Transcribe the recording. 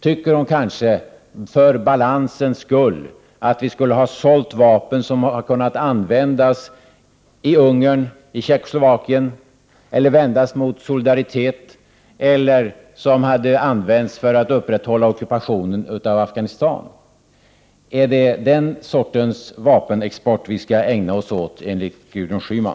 Tycker hon kanske att vi för balansens skull skulle ha sålt vapen som kunde ha använts i Ungern eller i Tjeckoslovakien, som kunde ha vänts mot Solidaritet eller som hade använts för att upprätthålla ockupationen av Afghanistan? Är det den sortens vapenexport vi skall ägna oss åt, Gudrun Schyman?